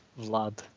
Vlad